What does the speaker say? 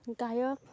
গায়ক